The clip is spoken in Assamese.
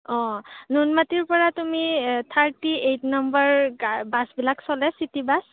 অঁ নুনমাটিৰ পৰা তুমি থাৰ্টি এইট নাম্বাৰ গা বাছবিলাক চলে চিটি বাছ